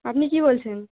আপনি কী বলছেন